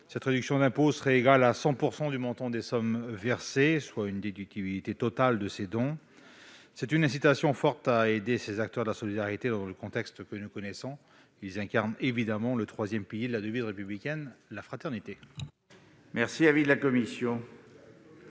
Cette réduction d'impôt serait égale à 100 % du montant des sommes versées, soit une déductibilité totale de ces dons. Sans plafond, sans rien ? C'est une incitation forte à aider ces acteurs de la solidarité dans le contexte que nous connaissons. Ils incarnent, évidemment, le troisième pilier de la devise républicaine : la fraternité. Quel est l'avis de la commission